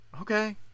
Okay